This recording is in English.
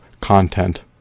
content